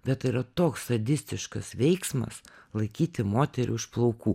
bet tai yra toks sadistiškas veiksmas laikyti moterį už plaukų